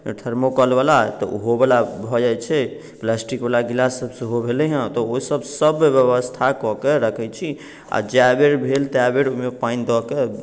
thermocol बला तऽ ओहो बला भऽ जाइ छै प्लास्टिक बला गिलास सब सेहो भेलै हँ तऽ ओसब सब व्यवस्था कऽ के रखै छी आ जए बेर भेल तए बेर ओहिमे पानि धऽके